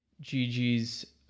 Gigi's